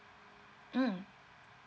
mm